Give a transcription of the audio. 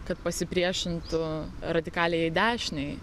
kad pasipriešintų radikaliajai dešinei